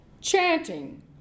chanting